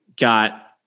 got